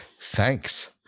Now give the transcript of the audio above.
Thanks